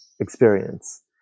experience